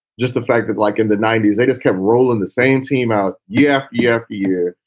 just the fact that like in the ninety s, they just kept rolling the same team out. yeah, yeah, yeah.